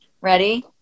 Ready